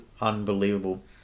unbelievable